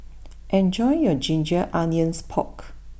enjoy your Ginger Onions Pork